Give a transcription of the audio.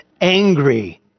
angry